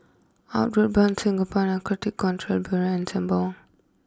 Outward Bound Singapore Narcotic Control Bureau and Sembawang